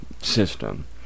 system